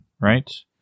right